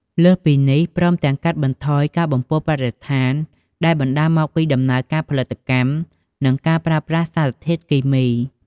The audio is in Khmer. លើសពីនេះ ព្រមទាំងកាត់បន្ថយការបំពុលបរិស្ថានដែលបណ្ដាលមកពីដំណើរការផលិតកម្ម និងការប្រើប្រាស់សារធាតុគីមី។